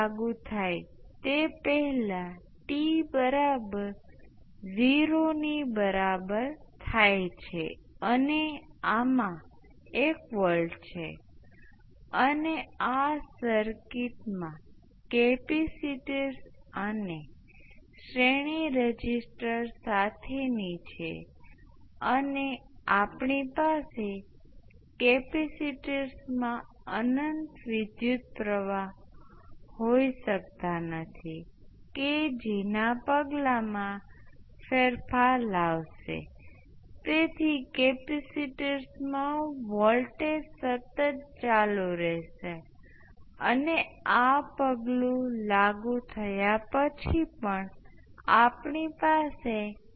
હવે L 1 અને R 1 ના વોલ્ટેજ એ L 1 વખત I 1 R 1 × I 1 ના વિકલન બરાબર થશે અને તે બરાબર L 2 × L 2 માથી પસાર થતાં વિદ્યુત પ્રવાહના સમય સાથેના વિકલન જેટલો છે જે I s I 1 R 2 × વિદ્યુત પ્રવાહ જે I s I 1 છે જો હું ચલ I 1 ધરાવતા તમામ પદોને ડાબી બાજુએ જૂથબદ્ધ કરું તો આ છે અને જમણી બાજુ આની સાથે રહીશ